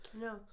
no